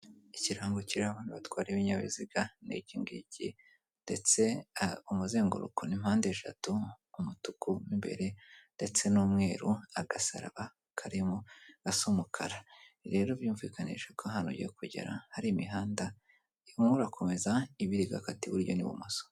Ikirango kireba abantu batwara ibinyabiziga ni iki ngiki, ndetse umuzenguruko ni mpande eshatu umutuku mo imbere ndetse n'umweru, agasaraba karimo gasa umukara, rero birumvikanisha ko ahantu ugiye kugera hari imihanda, umwe urakomeza ibiri igakata iburyo n'ibumoso.